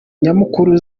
nyamukuru